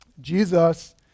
Jesus